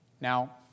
Now